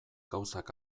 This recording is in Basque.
gauzak